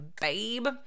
babe